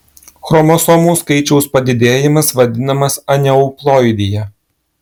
chromosomų skaičiaus padidėjimas vadinamas aneuploidija